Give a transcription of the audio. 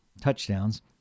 touchdowns